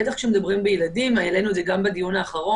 בטח כשמדברים בילדים העלינו את זה גם בדיון האחרון.